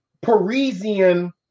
Parisian